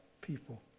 people